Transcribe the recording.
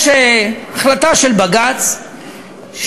יש החלטה של בג"ץ,